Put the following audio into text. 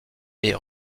est